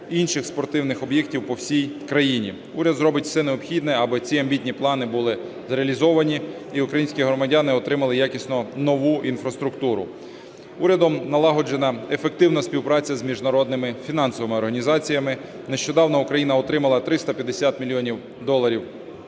Уряд зробить все необхідне, аби ці амбітні плани були реалізовані і українські громадяни отримали якісно нову інфраструктуру. Урядом налагоджена ефективна співпраця з міжнародними фінансовими організаціями. Нещодавно Україна отримала 350 мільйонів доларів